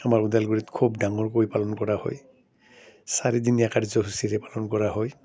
আমাৰ ওদালগুৰিত খুব ডাঙৰকৈ পালন কৰা হয় চাৰিদিনীয়া কাৰ্যসূচীৰে পালন কৰা হয়